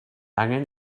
angen